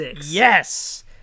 Yes